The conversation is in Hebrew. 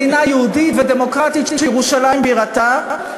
מדינה יהודית ודמוקרטית שירושלים בירתה.